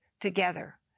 together